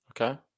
Okay